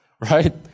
right